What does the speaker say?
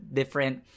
different